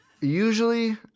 usually